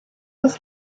was